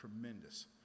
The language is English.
Tremendous